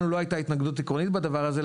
לנו לא היתה התנגדות עקרונית בדבר הזה.